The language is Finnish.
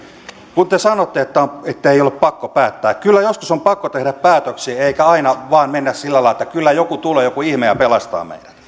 kun te sanotte että ei ole pakko päättää kyllä joskus on pakko tehdä päätöksiä eikä aina vain mennä sillä lailla että kyllä joku tulee joku ihme ja pelastaa meidät